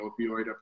opioid